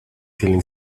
stealing